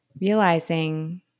Realizing